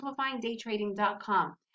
simplifyingdaytrading.com